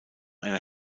einer